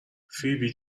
فیبی